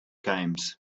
games